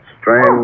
Strange